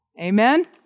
amen